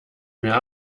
mehr